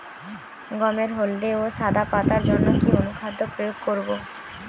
গমের হলদে ও সাদা পাতার জন্য কি অনুখাদ্য প্রয়োগ করব?